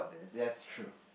that's true